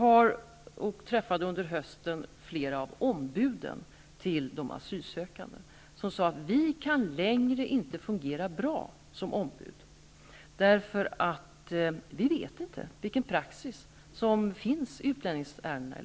Jag träffade under hösten flera av de asylsökandes ombud. De sade att de inte längre kan fungera bra som ombud, eftersom de inte längre vet vilken praxis som finns när det gäller utlänningsärendena.